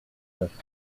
neuf